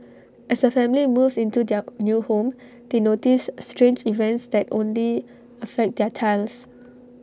as A family moves into their new home they notice strange events that only affect their tiles